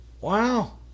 Wow